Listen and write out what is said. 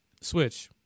Switch